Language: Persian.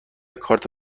کارت